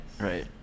right